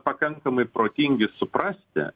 pakankamai protingi suprasti